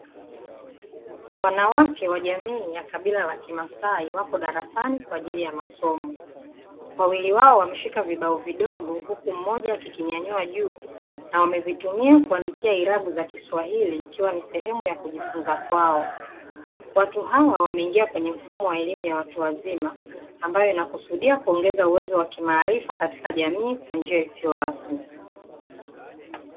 Wanawake wa jamii ya kabila la kimasai wako darasani kwaajili ya masomo; wawili wao wameshika vibao vidogo, huku mmoja akikinyanyua juu na wamevitumia kuandikia irabu za kiswahili ikiwa ni sehemu ya kujifunza kwao. Watu hao wameingia kwenye mfumo elimu ya watu wazima ambayo inakusudia kuongeza uwezo wa kimaarifa katika jamii kwa njia isio rasmi.